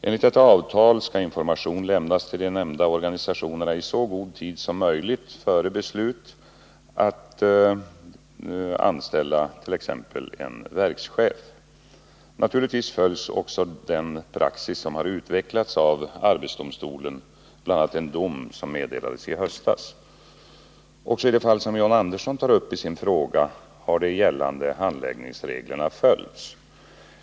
Enligt detta avtal skall information lämnas till de nämnda organisationerna i så god tid som möjligt före beslut om att anställa t.ex. en verkschef. Naturligtvis följs också den praxis som har utvecklats av 85 arbetsdomstolen, bl.a. en dom som meddelades i höstas. Också i det fall som John Andersson tar upp i sin fråga har de gällande handläggningsreglerna följts.